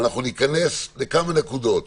ניכנס לכמה נקודות: